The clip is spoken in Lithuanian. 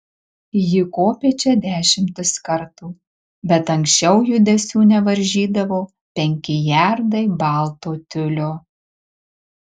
ji kopė čia dešimtis kartų bet anksčiau judesių nevaržydavo penki jardai balto tiulio